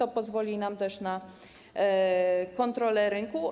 Co pozwoli nam też na kontrolę rynku.